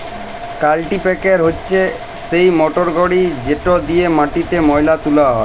কাল্টিপ্যাকের হছে সেই মটরগড়ি যেট দিঁয়ে মাটিতে ময়লা তুলা হ্যয়